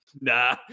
nah